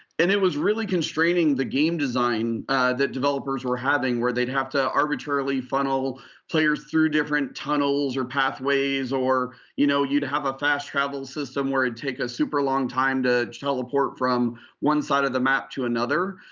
and it was really constraining the game design that developers were having where they'd have to arbitrarily funnel players through different tunnels or pathways. or you know you'd have a fast travel system where it'd take a super long time to teleport from one side of the map to another.